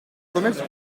remède